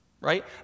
right